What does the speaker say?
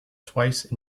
twice